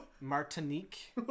Martinique